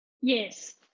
Yes